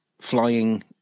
flying